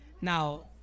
Now